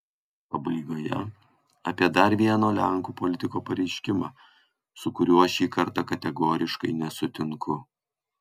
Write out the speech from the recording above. pabaigoje apie dar vieno lenkų politiko pareiškimą su kuriuo šį kartą kategoriškai nesutinku